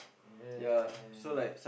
yeah yeah yeah yeah yeah